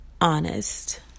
honest